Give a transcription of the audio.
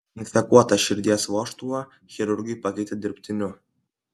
infekuotą širdies vožtuvą chirurgai pakeitė dirbtiniu